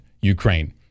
Ukraine